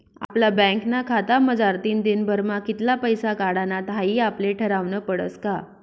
आपला बँकना खातामझारतीन दिनभरमा कित्ला पैसा काढानात हाई आपले ठरावनं पडस का